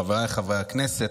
חבריי חברי הכנסת,